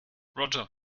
roger